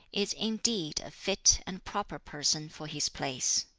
is indeed a fit and proper person for his place.